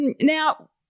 now